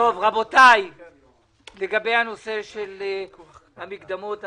לגבי הנושא של המגזר השלישי